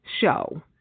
show